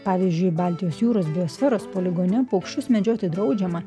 pavyzdžiui baltijos jūros biosferos poligone paukščius medžioti draudžiama